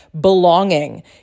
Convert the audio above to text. belonging